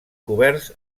coberts